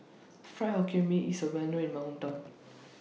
Fried Hokkien Mee IS Well known in My Hometown